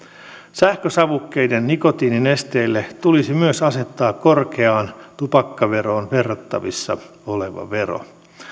sähkösavukkeiden nikotiininesteille tulisi myös asettaa korkeaan tupakkaveroon verrattavissa oleva vero